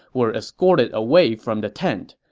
were escorted away from the tent.